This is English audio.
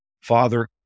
Father